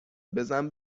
بزن